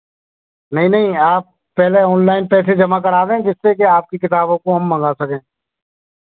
नहीं नहीं आप पहले ऑनलाइन पैसे जमा करा दें जिससे कि आपकी किताबों को हम मँगा सकें